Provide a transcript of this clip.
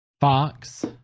Fox